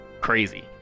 crazy